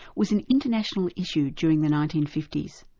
was an international issue during the nineteen fifty s.